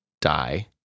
die